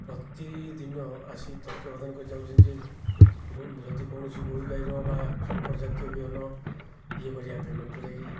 ପ୍ରତିଦିନ ଆସି ପ୍ରଦାନ କରି ଯାଉଛନ୍ତି ଯେ ଯଦି କୌଣସି ଗୋରୁ ଗାଈର ବା ଶଙ୍କର ଜାତୀୟ ବିହନ ଇଏ କରିବା ଯେଉଁଟାକି